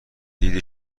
دید